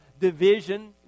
division